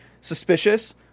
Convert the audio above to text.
suspicious